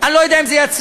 אני לא יודע אם זה יצליח,